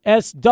SW